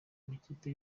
amakipe